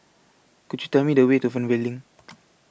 Could YOU Tell Me The Way to Fernvale LINK